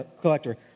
collector